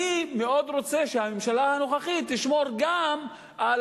ואני מאוד רוצה שהממשלה הנוכחית תשמור גם על